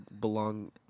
belong